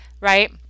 right